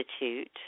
Institute